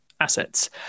assets